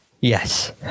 Yes